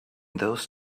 those